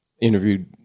interviewed